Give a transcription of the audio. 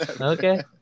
Okay